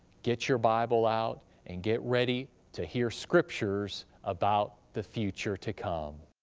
get your bible out and get ready to hear scriptures about the future to come.